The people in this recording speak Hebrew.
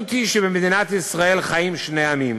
המציאות היא שבמדינת ישראל חיים שני עמים.